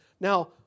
Now